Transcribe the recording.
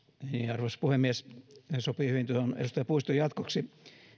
arvoisa puhemies sopii hyvin tuohon edustaja puiston jatkoksi